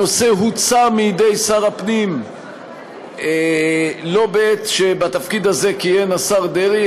הנושא הוצא מידי שר הפנים לא בעת שבתפקיד הזה כיהן השר דרעי,